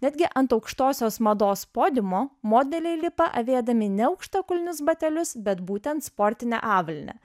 netgi ant aukštosios mados podiumo modeliai lipa avėdami ne aukštakulnius batelius bet būtent sportinę avalynę